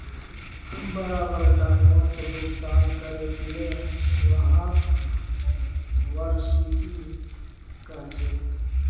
बराबर टाइमत भुगतान करे दिले व्हाक वार्षिकी कहछेक